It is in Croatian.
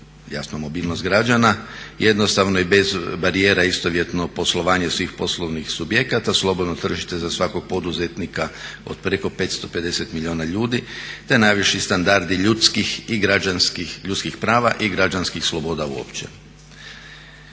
jasno mobilnost građana, jednostavno i bez barijera istovjetno poslovanje svih poslovnih subjekta, slobodno tržište za svakog poduzetnika od preko 550 milijuna ljudi te najviši standardi ljudskih i građanskih, ljudskih